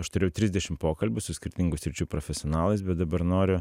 aš turėjau trisdešim pokalbių su skirtingų sričių profesionalais bet dabar noriu